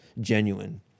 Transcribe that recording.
genuine